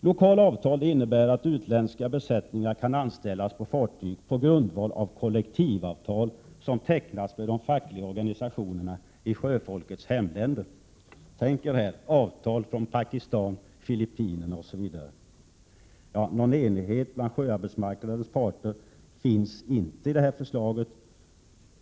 Lokala avtal innebär att utländska besättningar kan anställas på fartyg på grundval av kollektivavtal er — avtal från Pakistan, Filippinerna osv.! Någon enighet bland sjöarbetsmarknadens parter finns inte för förslaget.